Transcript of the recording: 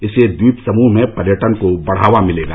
इससे द्वीप समूह में पर्यटन को बढावा मिलेगा